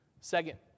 Second